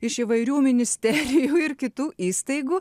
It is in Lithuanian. iš įvairių ministerijų ir kitų įstaigų